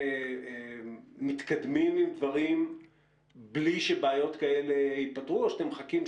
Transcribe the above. אתם מתקדמים עם דברים בלי שבעיות כאלה יפתרו או שאתם מחכים,